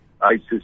ISIS